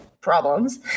Problems